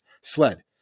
sled